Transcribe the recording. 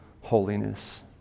holiness